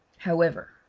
however,